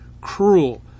cruel